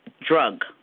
drug